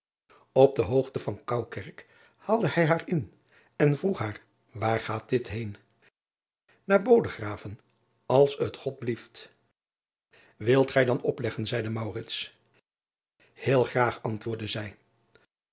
p de hoogte van oukerk haalde hij haar in en vroeg haar waar gaat dit heen aar odegraven als het od blieft ilt gij dan opleggen zeide eel graag antwoordde zij